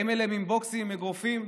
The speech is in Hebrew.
באים אליהם עם בוקסים, עם אגרופים?